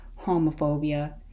homophobia